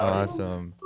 awesome